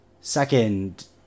Second